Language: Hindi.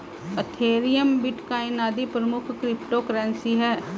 एथेरियम, बिटकॉइन आदि कुछ प्रमुख क्रिप्टो करेंसी है